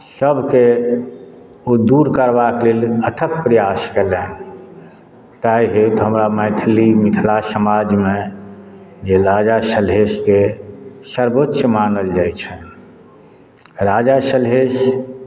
सभकेँ ओ दूर करबाक लेल अथक प्रयास कयलनि ताहि हेतु हमरा मैथिली मिथिला समाजमे जे राजा सलहेशकेँ सर्वोच्च मानल जाइत छनि राजा सलहेश